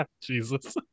Jesus